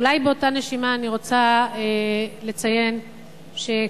אולי באותה נשימה אני רוצה לציין שבימים